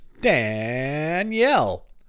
Danielle